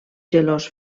gelós